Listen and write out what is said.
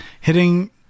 hitting